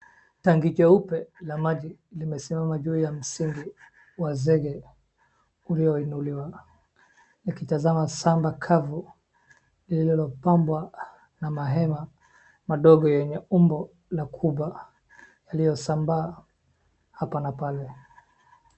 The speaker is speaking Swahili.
Tangi jeupe la maji limesimama juu ya msingi wa zege iliyoinuliwa, akitazama shamba kavu lililopambwa na mahewa madogo yenye umbo la kuba iliyosambaa hapa na pale.